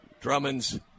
Drummonds